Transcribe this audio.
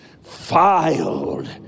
filed